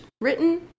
written